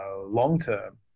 long-term